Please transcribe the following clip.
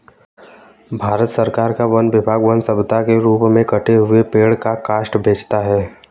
भारत सरकार का वन विभाग वन सम्पदा के रूप में कटे हुए पेड़ का काष्ठ बेचता है